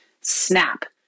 snap